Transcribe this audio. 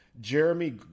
Jeremy